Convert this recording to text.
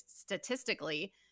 statistically